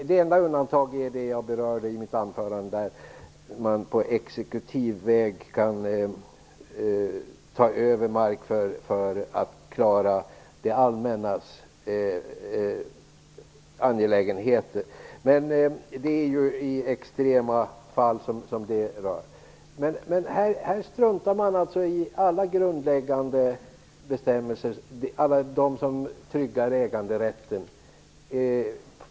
Det enda undantaget är det som jag berörde i mitt anförande - att man på exekutiv väg kan ta över mark för att klara det allmännas angelägenheter. Men det är ju i extrema fall som det kan komma i fråga. Här struntar man från Vänsterpartiets sida alltså i alla grundläggande bestämmelser som tryggar äganderätten.